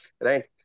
Right